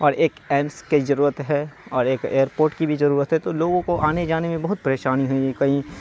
اور ایک ایمس کی ضرورت ہے اور ایک ائیرپورٹ کی بھی ضرورت ہے تو لوگوں کو آنے جانے میں بہت پریشانی ہوئی کئی